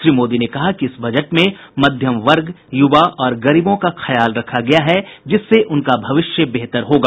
श्री मोदी ने कहा कि इस बजट में मध्यम वर्ग यूवा और गरीबों का ख्याल रखा गया है जिससे उनका भविष्य बेहतर होगा